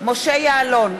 משה יעלון,